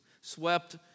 swept